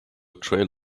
trail